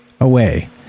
away